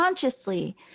consciously